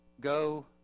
Go